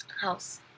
house